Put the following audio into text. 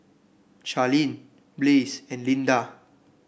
Charline Blaze and Lynda